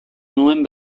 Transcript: nuen